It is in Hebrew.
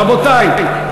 רבותי,